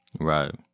Right